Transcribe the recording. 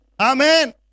Amen